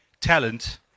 talent